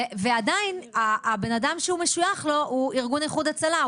ועדיין הבן אדם שהוא משויך לו הוא ארגון איחוד הצלה,